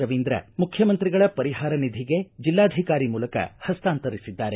ರವೀಂದ್ರ ಮುಖ್ಯಮಂತ್ರಿಗಳ ಪರಿಹಾರ ನಿಧಿಗೆ ಜಿಲ್ಲಾಧಿಕಾರಿ ಮೂಲಕ ಹಸ್ತಾಂತರಿಸಿದ್ದಾರೆ